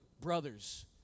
brothers